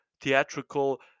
theatrical